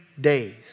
days